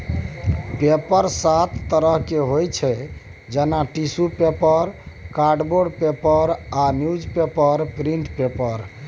paper सात तरहक होइ छै जेना टिसु पेपर, कार्डबोर्ड पेपर आ न्युजपेपर प्रिंट पेपर